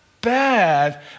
bad